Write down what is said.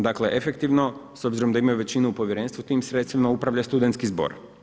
Dakle efektivno s obzirom da imaju većinu u povjerenstvu tim sredstvima upravlja Studentski zbor.